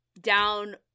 down